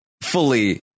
fully